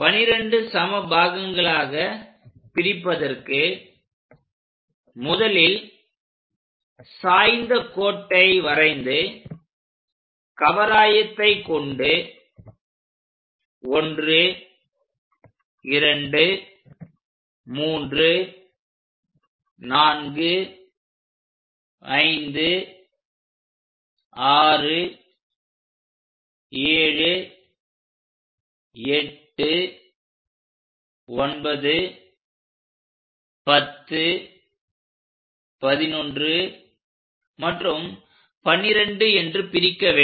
12 சம பாகங்களாக பிரிப்பதற்கு முதலில் சாய்ந்த கோட்டை வரைந்து கவராயத்தை கொண்டு 1 2 3 4 5 6 7 8 9 10 11 மற்றும் 12 என்று பிரிக்க வேண்டும்